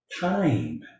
time